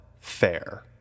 fair